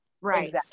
right